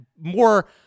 more